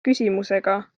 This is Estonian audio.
küsimusega